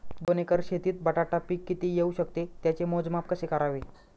दोन एकर शेतीत बटाटा पीक किती येवू शकते? त्याचे मोजमाप कसे करावे?